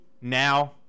now